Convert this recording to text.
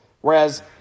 Whereas